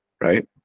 right